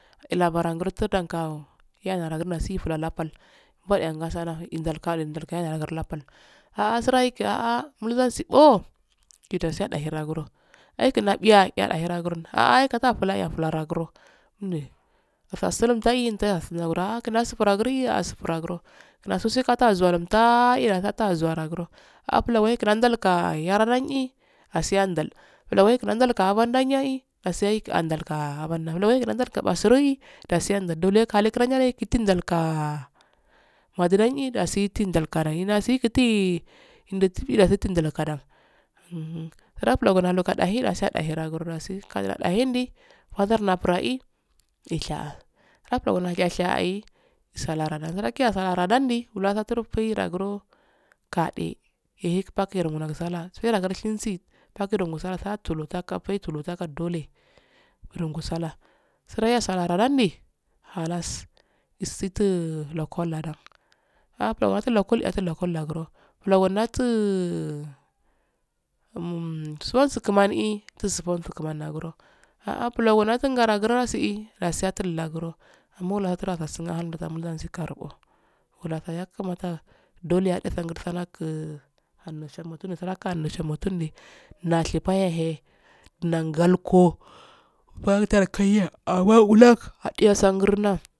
Labaran ngra so tanga oh yo nsngro dasi ifora nan pal ifuyan ngasara lundal kali ndal kali liya pal ah ah granki ah ah oh eh dusi odahe ragro aiki nabiyo kiya ragro ah tatay afla ah afla ragro ndu utu sulum dai nta asu rogro afra ragro naso she azra wanju eh nita azuwa ragro ah wefla mtara gra yara ran eh dasi andal ka di wakalu aban dan eh dasi wedan eh wadu dan eh dasi tun kadan eh wefla ra kra kadan adahe ragro dasi ka dahe hindi azar nfra eeh esha nafra esha shalaradan di bulongo turun pe ragro kade ehe pake regu sala suwe gare nogu shensi pake rogu sala sa tulur sa kan sa kan dole rongo dsala granfi aslara randi halas isutu lokol ladan ah ah but mata lokolbah matu hekol lagro bulongi matu-u um suun su kunmani eh ta sufungi kumani hagro ah ah bulin matu atu asi hal nagan dasi mukaran kowa bula so yakamata dole atun gu salagu ashaka mutun nda sheka ya eh dan ngalko watar kayya amma wealak fade asan ngarno.